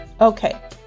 Okay